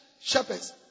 shepherds